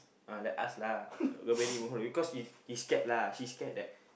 uh like us lah got many mole because she she scared lah she scared that